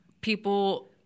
people